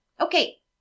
Okay